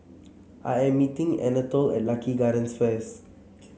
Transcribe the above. I am meeting Anatole at Lucky Gardens first